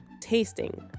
tasting